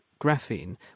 graphene